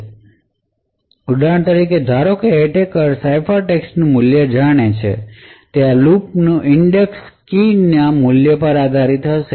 તેથી ઉદાહરણ તરીકે ધારો કે એટેકર સાઇફરટેક્સ્ટનું મૂલ્ય જાણે છે આ લુકઅપનું ઇંડેક્સ કીના મૂલ્ય પર આધારિત હશે